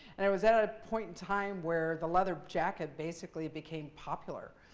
and it was at a point in time where the leather jacket, basically, became popular.